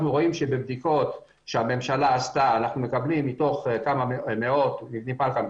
רואים שבבדיקות שהממשלה עשתה אנחנו מקבלים מתוך כמה מאות מבני פלקל,